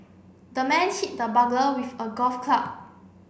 the man hit the burglar with a golf club